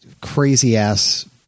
crazy-ass